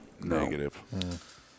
Negative